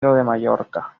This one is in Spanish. mallorca